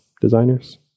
designers